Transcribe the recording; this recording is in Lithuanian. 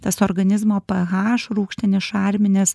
tas organizmo ph rūgštinis šarminis